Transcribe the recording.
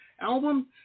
album